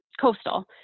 coastal